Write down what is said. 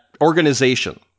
organization